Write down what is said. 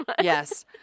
Yes